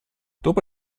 dopo